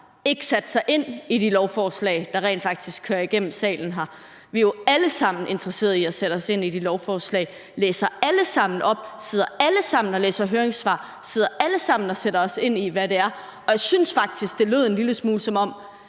ikke satte sig ind i de lovforslag, der rent faktisk kører igennem salen her. Vi er jo alle sammen interesseret i at sætte os ind i de lovforslag, vi læser alle sammen op, vi sidder alle sammen og læser høringssvarene, og vi sidder alle sammen og sætter os ind i, hvad det drejer sig om. Jeg synes faktisk, det lød en lille smule, som om